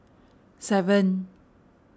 seven